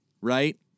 Right